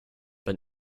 but